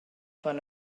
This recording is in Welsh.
pan